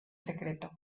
secreto